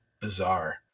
bizarre